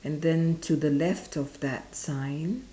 and then to the left of that sign